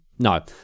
No